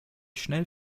schnell